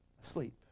asleep